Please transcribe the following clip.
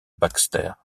baxter